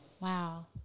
wow